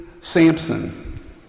Samson